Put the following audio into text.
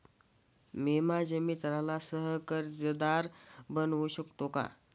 मी माझ्या मित्राला सह कर्जदार बनवू शकतो का?